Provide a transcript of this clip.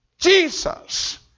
Jesus